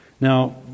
Now